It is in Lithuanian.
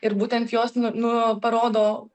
ir būtent jos nu nu parodo